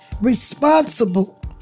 responsible